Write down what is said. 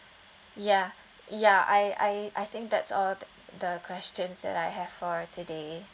ya ya I I I think that's all the questions that I have for today